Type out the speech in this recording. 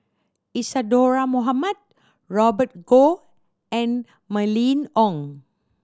Isadhora Mohamed Robert Goh and Mylene Ong